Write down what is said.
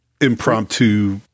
impromptu